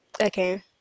okay